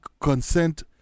consent